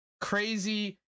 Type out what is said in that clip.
crazy